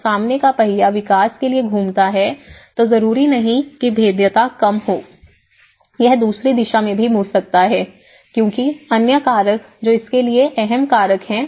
जब सामने का पहिया विकास के लिए घूमता है तो जरूरी नहीं कि भेद्यता कम हो यह दूसरी दिशा में भी मुड़ सकता है क्योंकि अन्य कारक जो इसके लिए अहम कारक हैं